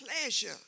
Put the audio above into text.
pleasure